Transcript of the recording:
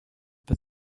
but